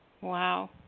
Wow